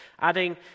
Adding